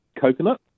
coconut